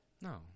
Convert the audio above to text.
No